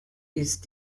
ist